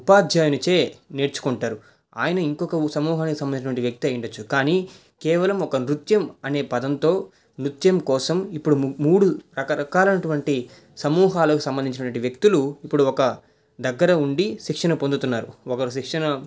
ఉపాధ్యాయునిచే నేర్చుకుంటారు ఆయన ఇంకొక సమూహానికి సంబంధించిన వ్యక్తి అయ్యుండొచ్చు కానీ కేవలం ఒక నృత్యం అనే పదంతో నృత్యం కోసం ఇప్పుడు మూడు రకరకాలైనటువంటి సమూహాలకు సంబంధించినటువంటి వ్యక్తులు ఇప్పుడు ఒక దగ్గర ఉండి శిక్షణ పొందుతున్నారు ఒకరు శిక్షణ